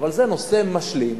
אבל זה נושא משלים.